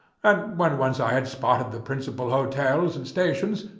and when once i had spotted the principal hotels and stations,